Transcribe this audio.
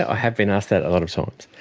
ah ah have been asked that a lot of times.